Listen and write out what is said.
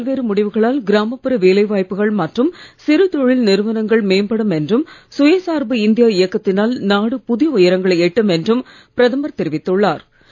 அரசின் பல்வேறு முடிவுகளால் கிராமப்புற வேலைவாய்ப்புகள் மற்றும் சிறு தொழில் நிறுவனங்கள் மேம்படும் என்றும் சுயசார்பு இந்தியா இயக்கத்தினால் நாடு புதிய உயரங்களை எட்டும் என்றும் பிரதமர் தெரிவித்துள்ளார்